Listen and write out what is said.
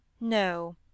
No